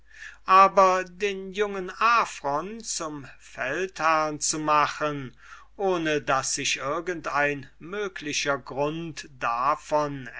aber den jungen aphron zum feldherrn zu machen ohne daß sich irgend ein möglicher grund davon